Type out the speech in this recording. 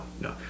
no